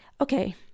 Okay